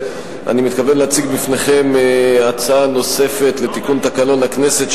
אני מתכבד להציג בפניכם הצעה נוספת לתיקון תקנון הכנסת,